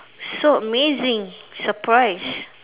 so amazing surprise